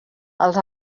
els